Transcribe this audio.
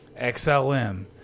XLM